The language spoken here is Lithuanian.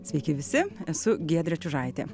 sveiki visi esu giedrė čiužaitė